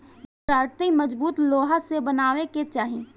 दराँती मजबूत लोहा से बनवावे के चाही